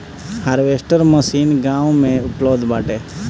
harvester machine गाँव में उपलब्ध बाटे